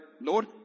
Lord